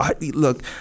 Look